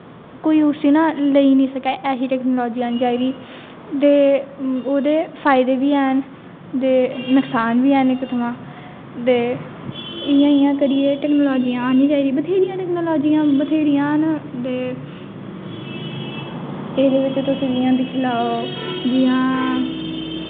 कोई उसी ना लेई निं सकै ऐसी टैकनॉलजी आनी चाहिदी ते ओह्दे फायदे बी हैन ते नकसान बी हैन इक थमां ते इ'यां इ'यां करियै टैकनॉलजी आनी चाहिदी बत्थेरियां टैकनॉलजियां बत्थेरियां न ते एह्दे बिच्च तुस इ'यां दिक्खी लैओ जियां